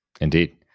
Indeed